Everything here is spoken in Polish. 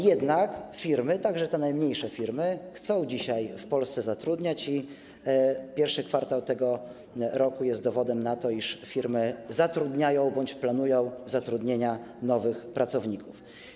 Jednak firmy, także te najmniejsze, chcą dzisiaj w Polsce zatrudniać i pierwszy kwartał tego roku jest dowodem na to, że zatrudniają one bądź planują zatrudnienie nowych pracowników.